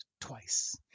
twice